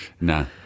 No